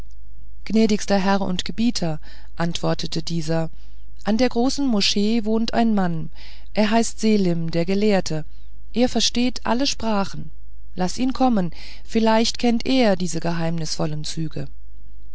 gnädigster herr und gebieter antwortete dieser an der großen moschee wohnt ein mann er heißt selim der gelehrte der versteht alle sprachen laß ihn kommen vielleicht kennt er diese geheimnisvollen züge